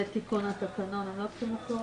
לתיקון תקנון אתם לא צריכים את הוועדה?